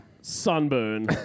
Sunburn